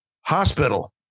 Hospital